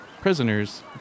prisoners